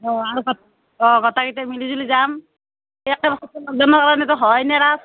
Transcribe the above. অঁ অ গোটেইকেইটা মিলি জুলি যাম